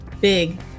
big